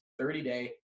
30-day